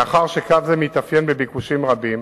מאחר שקו זה מתאפיין בביקושים רבים,